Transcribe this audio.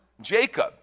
Jacob